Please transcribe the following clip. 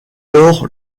lors